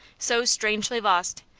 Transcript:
so strangely lost,